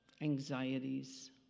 anxieties